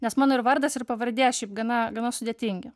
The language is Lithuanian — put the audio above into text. nes mano ir vardas ir pavardė šiaip gana gana sudėtingi